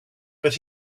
but